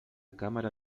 cámara